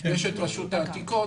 יש את רשות העתיקות.